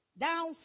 down